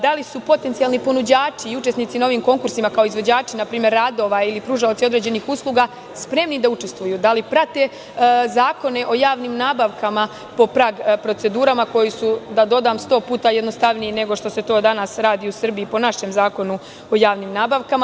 Da li su potencijalni ponuđači i učesnici na ovim konkursima kao izvođači npr. radova ili pružaoci određenih usluga spremni da učestvuju, da li prate zakone o javnim nabavkama prag procedurama, koje su, da dodam, sto puta jednostavnije nego što se to danas radi u Srbiji po našem Zakonu o javnim nabavkama.